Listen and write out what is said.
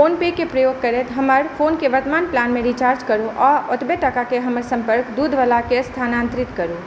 phone पे के प्रयोग करैत हमर फोन के वर्त्तमान प्लान मे रिचार्ज करू आ ओतबे टाकाके हमर सम्पर्क दूधवलाके स्थानान्तरित करू